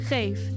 Geef